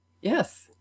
Yes